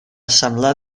semblar